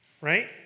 right